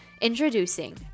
Introducing